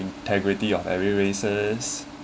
integrity of every races